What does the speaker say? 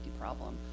problem